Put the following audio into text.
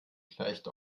gleicht